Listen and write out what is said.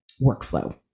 workflow